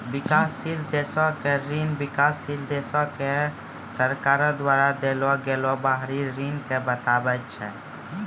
विकासशील देशो के ऋण विकासशील देशो के सरकार द्वारा देलो गेलो बाहरी ऋण के बताबै छै